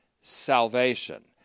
salvation